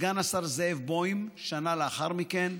סגן השר זאב בוים, שנה לאחר מכן,